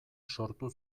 sortu